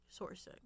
sourcing